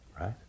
right